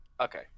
Okay